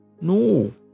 no